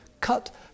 cut